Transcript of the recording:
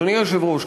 אדוני היושב-ראש,